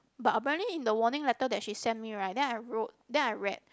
but apparently in the warning letter that she sent me right then I wrote then I read